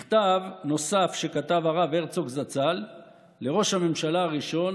מכתב נוסף שכתב הרב הרצוג זצ"ל לראש הממשלה הראשון